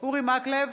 אורי מקלב,